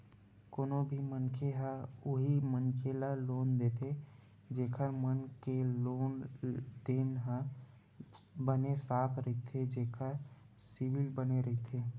कोनो भी मनखे ह उही मनखे ल लोन देथे जेखर मन के लेन देन ह बने साफ रहिथे जेखर सिविल बने रहिथे